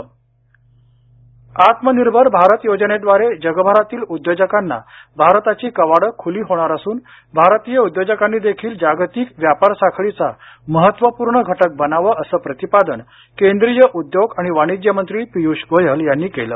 पियष गोयल आत्मनिर्भर भारत योजनेद्वारे जगभरातील उद्योजकांना भारताची कवाडं खुली होणार असून भारतीय उद्योजकांनी देखील जागतिक व्यापार साखळीचा महत्त्वपूर्ण घटक बनावं असं प्रतिपादन केंद्रीय उद्योग आणि वाणिज्य मंत्री पियुष गोयल यांनी केलं